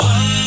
One